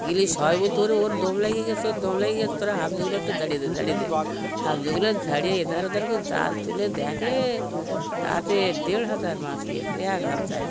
গেলে সবাই বলত ওর দম লেগে গিয়েছে ওর দম লেগে গিয়েছে তোরা হাফজাগুলো একটু ছাড়িয়ে দে ছাড়িয়ে দে হাফজাগুলো ঝেড়ে এধার ওধার করে জাল তুলে দেখে তাতে দেড় হাজার মাছ পেয়েছে এক হাফজায়